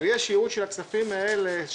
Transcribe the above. אבל יש ייעוד של הכספים האלה,